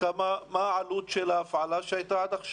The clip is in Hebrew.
כפי שהיא ניתנת היום